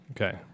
Okay